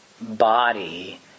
body